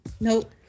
Nope